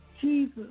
Jesus